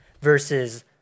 versus